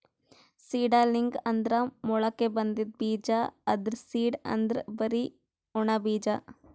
seedling ಅಂದ್ರ ಮೊಳಕೆ ಬಂದಿದ್ ಬೀಜ, ಆದ್ರ್ ಸೀಡ್ ಅಂದ್ರ್ ಬರಿ ಒಣ ಬೀಜ